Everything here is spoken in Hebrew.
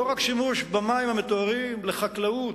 לא רק שימוש במים המטוהרים לחקלאות,